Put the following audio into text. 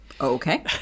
okay